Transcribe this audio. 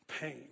pain